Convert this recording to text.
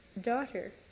daughter